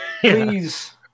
Please